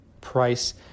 price